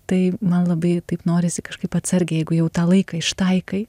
tai man labai taip norisi kažkaip atsargiai jeigu jau tą laiką ištaikai